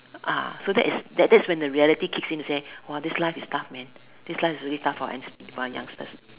so that is that that when the reality kicks in this life is tough man this life is tough for youngsters